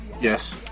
Yes